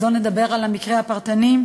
לא נדבר על המקרה הפרטני.